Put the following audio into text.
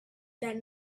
that